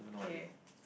okay